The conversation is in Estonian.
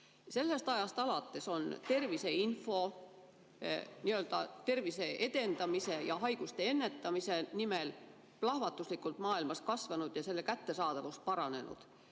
Sellest ajast alates on terviseinfo nii-öelda tervise edendamise ja haiguste ennetamise nimel maailmas plahvatuslikult kasvanud ja selle kättesaadavus paranenud.